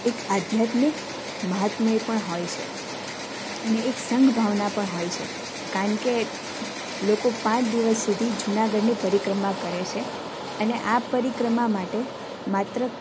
એક આધ્યાત્મિક મહાત્મય પણ હોય છે અને એક સંઘભાવના પણ હોય છે કારણ કે લોકો પાંચ દિવસ સુધી જુનાગઢની પરિક્રમા કરે છે અને આ પરિક્રમા માટે માત્ર